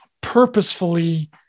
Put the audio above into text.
purposefully